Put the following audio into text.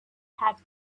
had